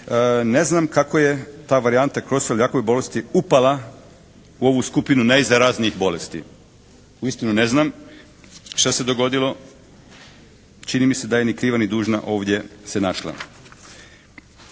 Ne znam kako je ta varijanta Krosojakove bolesti upala u ovu skupinu najzaraznijih bolesti. Uistinu ne znam šta se dogodilo. Čini mi se da je ni kriva ni dužna ovdje se našla.